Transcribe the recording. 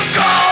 go